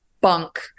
bunk